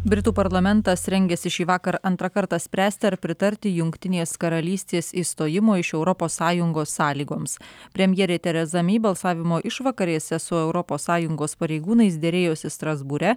britų parlamentas rengiasi šįvakar antrą kartą spręsti ar pritarti jungtinės karalystės išstojimo iš europos sąjungos sąlygoms premjerė tereza mei balsavimo išvakarėse su europos sąjungos pareigūnais derėjosi strasbūre